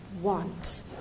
want